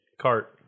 cart